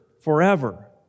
forever